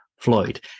Floyd